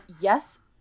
Yes